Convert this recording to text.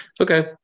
Okay